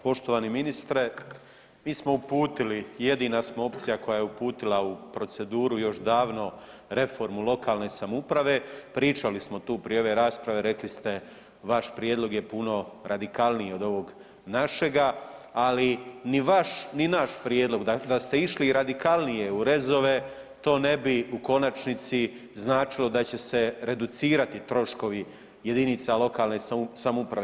Poštovani ministre, mi smo uputili i jedina smo opcija koja je uputila u proceduru još davno reformu lokalne samouprave, pričali smo tu prije ove rasprave, rekli ste vaš prijedlog je puno radikalniji od ovog našega, ali ni vaš, ni naš prijedlog, da ste išli radikalnije u rezove, to ne bi u konačnici značilo da će se reducirati troškovi JLS-ova.